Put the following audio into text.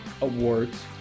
awards